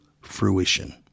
fruition